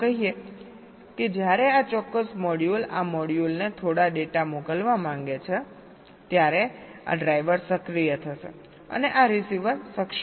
ચાલો કહીએ કે જ્યારે આ ચોક્કસ મોડ્યુલ આ મોડ્યુલને થોડો ડેટા મોકલવા માંગે છે ત્યારે આ ડ્રાઇવર સક્રિય થશે અને આ રીસીવર સક્ષમ થશે